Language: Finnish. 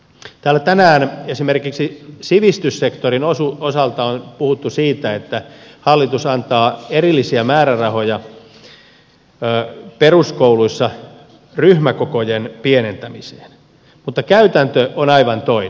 täällä tänään esimerkiksi sivistyssektorin osalta on puhuttu siitä että hallitus antaa erillisiä määrärahoja peruskouluissa ryhmäkokojen pienentämiseen mutta käytäntö on aivan toinen